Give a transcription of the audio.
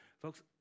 Folks